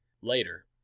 Later